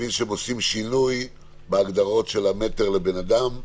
עכשיו שינוי בהגדרות של המטר לבן אדם,